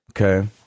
Okay